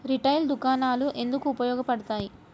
Retail దుకాణాలు ఎందుకు ఉపయోగ పడతాయి?